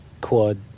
quad